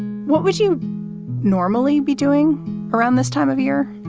what would you normally be doing around this time of year?